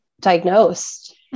diagnosed